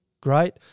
great